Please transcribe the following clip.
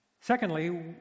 Secondly